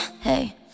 Hey